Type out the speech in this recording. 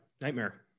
Nightmare